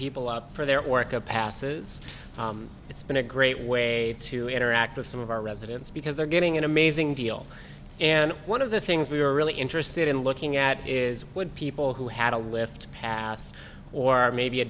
people up for their work of passes it's been a great way to interact with some of our residents because they're getting an amazing deal and one of the things we were really interested in looking at is would people who had a lift pass or maybe a